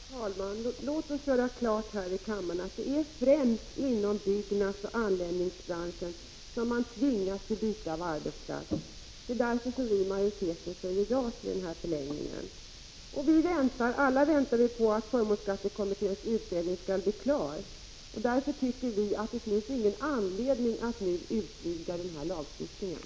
Fru talman! Låt oss här i kammaren göra klart att det är främst inom byggnadsoch anläggningsbranschen som man tvingas byta arbetsplats. Därför säger utskottsmajoriteten ja till förlängningen. Alla väntar vi på att förmånsbeskattningskommitténs utredning skall bli klar. Utskottsmajoriteten anser därför att det inte finns någon anledning att nu utvidga lagstiftningen.